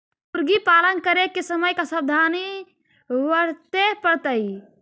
मुर्गी पालन करे के समय का सावधानी वर्तें पड़तई?